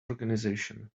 organization